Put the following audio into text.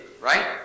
Right